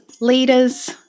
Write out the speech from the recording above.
leaders